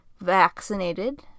vaccinated